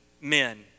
men